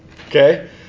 okay